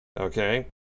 Okay